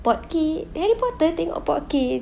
port key harry potter thing err port key